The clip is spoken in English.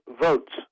votes